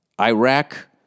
Iraq